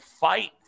fight